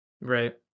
Right